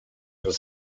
was